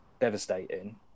devastating